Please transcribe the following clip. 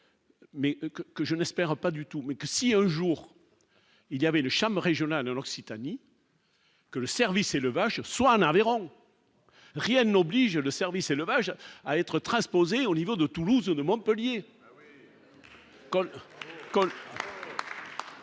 que je n'espère pas du tout et que si un jour il y avait le charme régionale de l'Occitanie. Que le service élevage soit en Aveyron, rien n'oblige le service et l'hommage à à être transposée au niveau de Toulouse et de Montpellier.